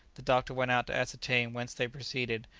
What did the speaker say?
the doctor went out to ascertain whence they proceeded,